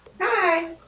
Hi